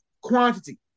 quantity